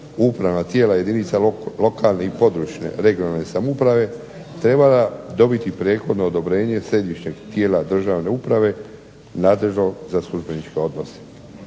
upravna tijela jedinica lokalne i područne (regionalne) samouprave trebala dobiti prethodno odobrenje središnjeg tijela državne uprave nadležnog za službeničke odnose.